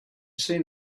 seen